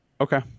Okay